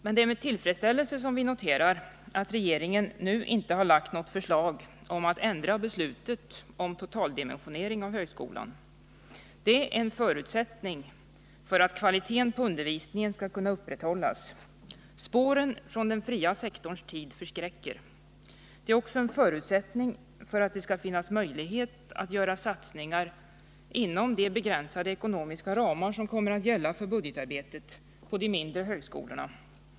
Men det är med tillfredsställelse vi noterar att regeringen nu inte har lagt fram något förslag om att ändra beslutet om totaldimensionering av högskolan. Det är en förutsättning för att kvaliteten på undervisningen skall kunna upprätthållas. Spåren från den fria sektorns tid förskräcker. Det är också en förutsättning för att det skall finnas möjlighet att göra satsningar — inom de begränsade ekonomiska ramar som kommer att gälla för budgetarbetet — på de mindre högskolorna.